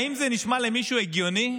האם זה נשמע למישהו הגיוני